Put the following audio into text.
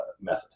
method